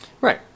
Right